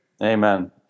Amen